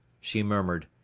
she murmured,